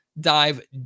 dive